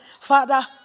Father